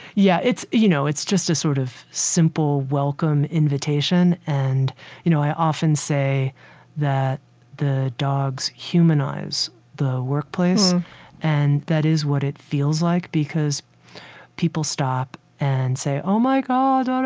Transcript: yeah, you know, it's just a sort of simple welcome invitation. and you know, i often say that the dogs humanize the workplace and that is what it feels like, because people stop and say, oh, my god.